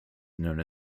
known